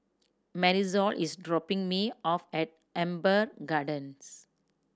Marisol is dropping me off at Amber Gardens